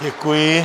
Děkuji.